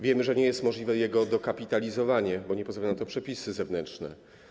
Wiemy, że nie jest możliwe jego dokapitalizowanie, bo nie pozwalają na to przepisy zewnętrzne.